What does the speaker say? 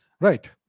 right